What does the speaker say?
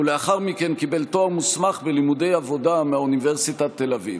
ולאחר מכן קיבל תואר מוסמך בלימודי עבודה מאוניברסיטת תל אביב.